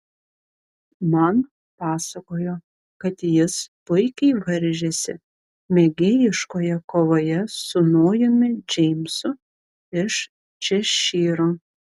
man pasakojo kad jis puikiai varžėsi mėgėjiškoje kovoje su nojumi džeimsu iš češyro